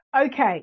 Okay